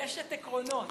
את אשת עקרונות.